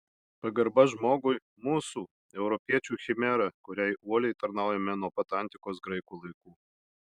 pagarba žmogui mūsų europiečių chimera kuriai uoliai tarnaujame nuo pat antikos graikų laikų